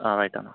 right అన్న